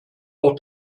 auch